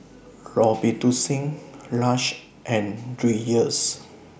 Robitussin Lush and Dreyers